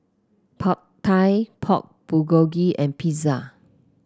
Pad Thai Pork Bulgogi and Pizza